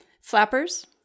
Flappers